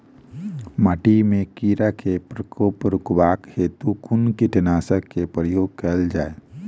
माटि मे कीड़ा केँ प्रकोप रुकबाक हेतु कुन कीटनासक केँ प्रयोग कैल जाय?